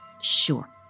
sure